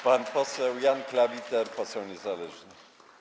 Pan poseł Jan Klawiter, poseł niezależny.